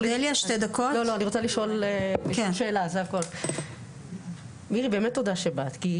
אני שואלת את עצמי יחד עם כל ההורים ויחד אתכם.